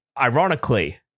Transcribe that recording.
Ironically